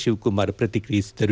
ಶಿವಕುಮಾರ್ ಪ್ರತಿಕ್ರಿಯಿಸಿದರು